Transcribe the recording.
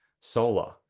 solar